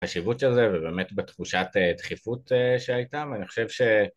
חשיבות של זה ובאמת בתחושת דחיפות שהייתה ואני חושב ש...